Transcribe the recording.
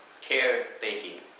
caretaking